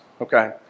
Okay